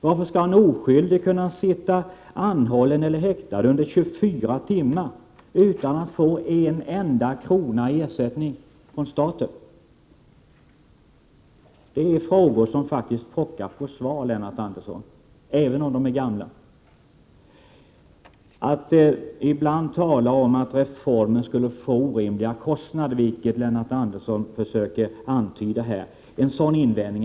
Varför skall en oskyldig kunna sitta anhållen eller häktad under 24 timmar utan att få en enda krona i ersättning från staten? Detta är frågor, Lennart Andersson, som faktiskt pockar på svar, även om de är gamla. Att reformen skulle medföra orimliga kostnader, som Lennart Andersson försöker antyda, är naturligtvis en felaktig invändning.